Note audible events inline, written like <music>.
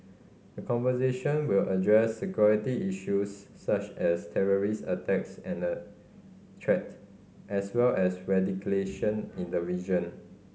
the conversation will address security issues such as terrorist attacks and threat as well as <unintelligible> in the region